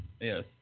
Yes